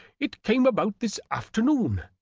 it came about this afternoon.